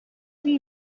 ari